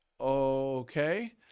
okay